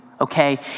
Okay